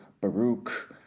Baruch